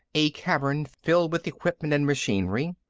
a cavern filled with equipment and machinery,